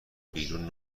بیرون